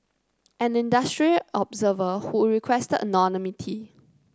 an industry observer who requested anonymity